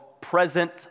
present